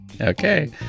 Okay